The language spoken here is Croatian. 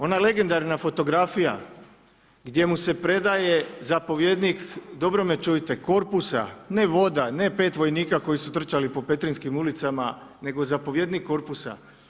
Ona legendarna fotografija gdje mu se predaje zapovjednik dobro me čujte korpusa ne voda, ne pet vojnika koji su trčali po petrinjskim ulicama nego zapovjednik korpusa.